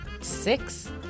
six